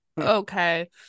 Okay